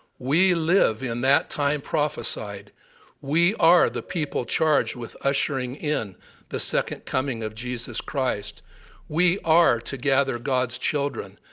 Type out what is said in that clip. we live in that time prophesied we are the people charged with ushering in the second coming of jesus christ we are to gather god's children,